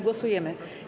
Głosujemy.